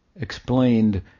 explained